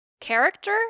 character